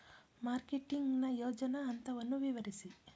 Marketing ನ ಯೋಜನಾ ಹಂತವನ್ನು ವಿವರಿಸಿ?